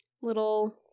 little